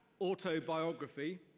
autobiography